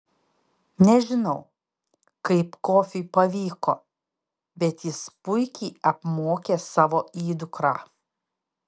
nežinau kaip kofiui pavyko bet jis puikiai apmokė savo įdukrą